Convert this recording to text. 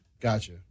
Gotcha